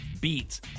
beats